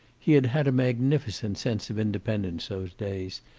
he had had a magnificent sense of independence those days,